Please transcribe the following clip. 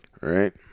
right